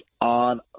on